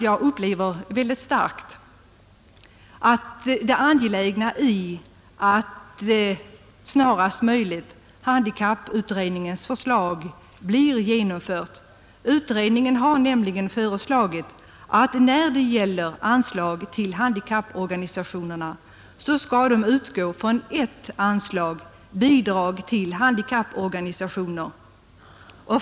Jag upplever mycket starkt det angelägna i att handikapputredningens förslag snarast möjligt blir genomfört. Utredningen har nämligen föreslagit att statens bidrag till handikapporganisationernas allmänna verksamhet skall betalas från ett gemensamt anslag: Bidrag till handikapporganisationer.